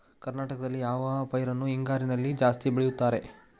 ಕರ್ನಾಟಕದಲ್ಲಿ ಯಾವ ಪೈರನ್ನು ಹಿಂಗಾರಿನಲ್ಲಿ ಜಾಸ್ತಿ ಬೆಳೆಯುತ್ತಾರೆ?